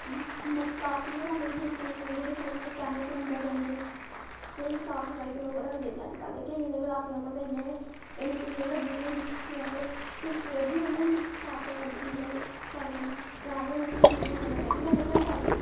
plastic दे भांडे बी यूस करने पौंदे जेह्दे कन्नै साढ़े केमिकल अंदर जन्दे न ओह् जेही साफ सफाई ते लोग रखदे न अज्जकल केइयें दे गलासै उप्पर ते इ'यां गै मिट्टी जेही लग्गी दी होंदी जां फिर पिलशी बज्जी गेदी होंदी साफ ते करदे निं ऐ लोक शैल कन्नै जा ओह्दे कन्नै स्टील बुल कन्नै लग्गी रौह्ंदे घैंटा इक